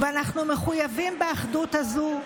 ואנחנו מחויבים באחדות הזו,